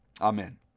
Amen